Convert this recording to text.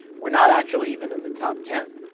we're not actually even in the top ten.